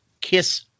Kiss